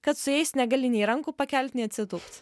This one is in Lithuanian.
kad su jais negali nei rankų pakelti nei atsitūpt